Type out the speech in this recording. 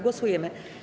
Głosujemy.